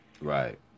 Right